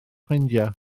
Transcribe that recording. ffrindiau